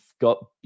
got